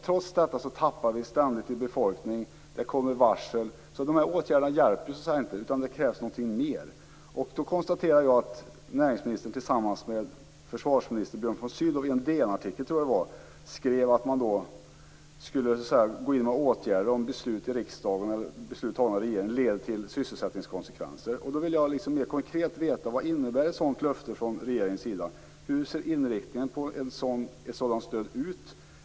Trots dessa insatser går vi ständigt tillbaka befolkningsmässigt, och arbetsgivarna varslar. De här åtgärderna hjälper alltså tyvärr inte, utan det krävs någonting mer. Jag konstaterar att näringsministern tillsammans med försvarsminister Björn von Sydow i en DN artikel skrivit om några beslut av riksdagen eller regeringen som skall få sysselsättningskonsekvenser. Jag vill mer konkret veta vad ett sådant löfte från regeringens sida innebär. Hur ser inriktningen på ett sådant stöd ut?